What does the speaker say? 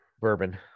Bourbon